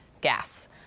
gas